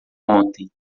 ontem